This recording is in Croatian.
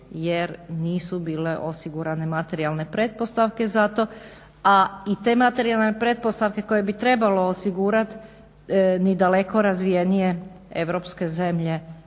jer nisu bile osigurane materijalne pretpostavke za to, a i te materijalne pretpostavke koje bi trebalo osigurat, ni daleko razvijenije europske zemlje